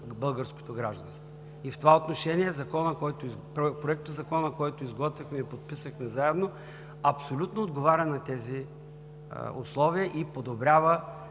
българското гражданство. В това отношение Законопроектът, който изготвихме и подписахме заедно, абсолютно отговаря на тези условия и подобрява,